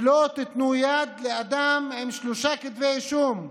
שלא תיתנו יד לאדם עם שלושה כתבי אישום,